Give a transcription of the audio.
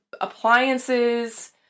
appliances